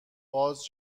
باز